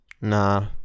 Nah